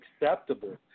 Acceptable